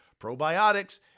probiotics